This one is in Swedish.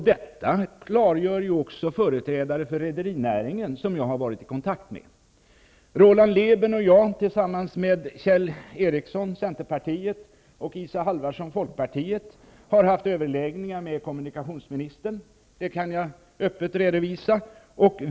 Detta klargör också företrädare för rederinäringen som jag har varit i kontakt med. Folkpartiet, har haft överläggningar med kommunikationsministern, det kan jag öppet redovisa.